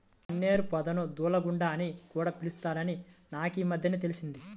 గన్నేరు పొదను దూలగుండా అని కూడా పిలుత్తారని నాకీమద్దెనే తెలిసింది